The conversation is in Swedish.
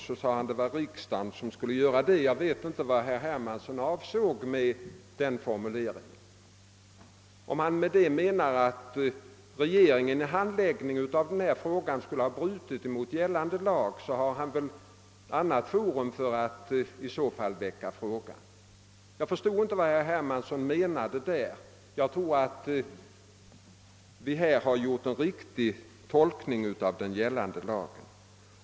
Jag vet inte vad herr Hermansson avsåg med denna formulering. Om han menade att regeringen vid handläggningen av denna fråga skulle ha brutit mot gällande lag, har han väl ett annat forum för att väcka frågan. Jag tror att vi har gjort en riktig tolkning av den gällande lagen.